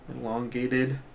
elongated